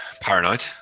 Paranoid